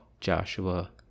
joshua